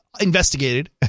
investigated